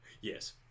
Yes